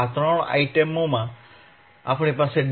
આ ત્રણ આઇટમોમાં આપણી પાસે D